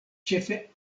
ĉefe